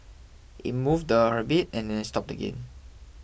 it moved a bit and then stopped again